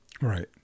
Right